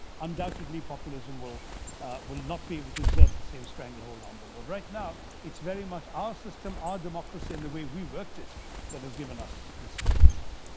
undoubtedly populism will will not be able to exert the same stranglehold on them. but right now it's very much our system, our democracy and the way we worked it that has given us this this result.